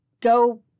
go